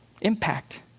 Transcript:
Impact